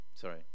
Sorry